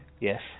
yes